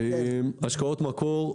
השקעות מקור.